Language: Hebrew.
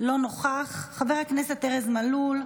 אינו נוכח, חבר הכנסת ארז מלול,